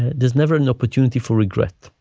and there's never an opportunity for regret.